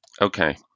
Okay